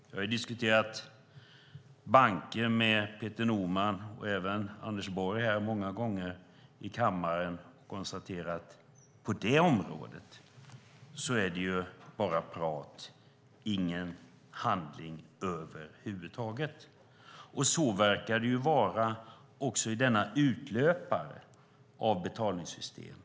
Jag har diskuterat banker med Peter Norman, och även med Anders Borg, många gånger i kammaren och konstaterat att på det området är det bara prat och ingen handling över huvud taget, och så verkar det också vara i denna utlöpare av betalningssystemen.